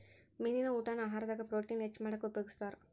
ಮೇನಿನ ಊಟಾನ ಆಹಾರದಾಗ ಪ್ರೊಟೇನ್ ಹೆಚ್ಚ್ ಮಾಡಾಕ ಉಪಯೋಗಸ್ತಾರ